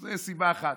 זו סיבה אחת.